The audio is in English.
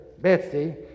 Betsy